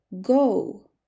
go